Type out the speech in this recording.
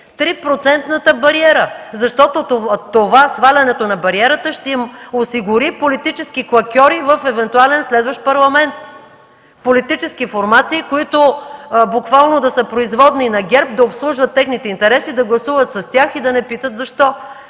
– 3-процентната бариера, защото свалянето на бариерата ще им осигури политически клакьори в евентуален следващ Парламент – политически формации, които да са буквално производни на ГЕРБ, да обслужват техните интереси, да гласуват с тях и да не питат защо.